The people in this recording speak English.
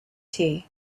tea